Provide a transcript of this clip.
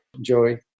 joey